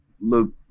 look